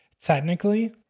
technically